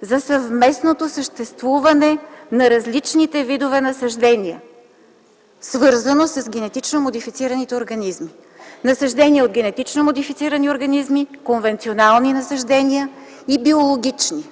за съвместното съществуване на различните видове насаждения, свързано с генетично модифицираните организми, насаждения от генетично модифицирани организми, конвенционални насаждения и биологични.